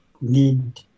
need